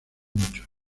muchos